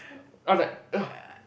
I was like !ugh!